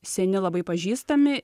seni labai pažįstami